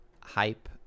hype